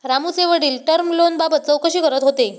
रामूचे वडील टर्म लोनबाबत चौकशी करत होते